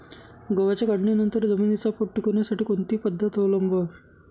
गव्हाच्या काढणीनंतर जमिनीचा पोत टिकवण्यासाठी कोणती पद्धत अवलंबवावी?